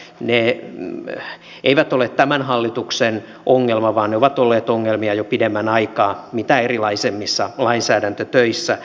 ne eivät ole tämän hallituksen ongelma vaan ne ovat olleet ongelmia jo pidemmän aikaa mitä erilaisimmissa lainsäädäntötöissä